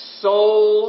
soul